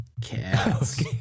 Cats